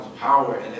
power